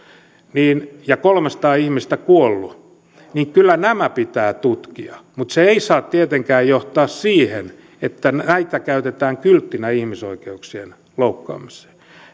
ja kolmesataa ihmistä kuollut niin kyllä nämä pitää tutkia mutta se ei saa tietenkään johtaa siihen että näitä käytetään kylttinä ihmisoikeuksien loukkaamiseen